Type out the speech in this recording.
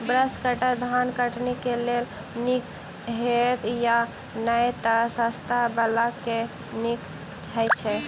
Brush cutter धान कटनी केँ लेल नीक हएत या नै तऽ सस्ता वला केँ नीक हय छै?